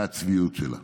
מהצביעות שלה.